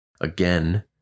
Again